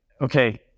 okay